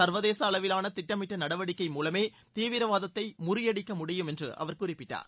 சர்வதேச அளவிலான திட்டமிட்ட நடவடிக்கை மூலமே தீவிரவாதத்தை முறியடிக்க முடியும் என்றும் அவர் குறிப்பிட்டார்